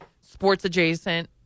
sports-adjacent